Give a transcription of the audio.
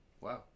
Wow